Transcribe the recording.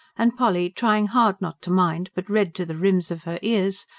and polly, trying hard not to mind but red to the rims of her ears,